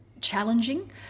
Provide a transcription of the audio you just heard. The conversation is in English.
challenging